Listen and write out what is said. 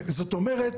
זאת אומרת,